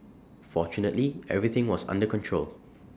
fortunately everything was under control